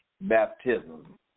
Baptism